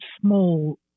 small